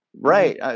Right